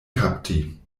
kapti